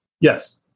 Yes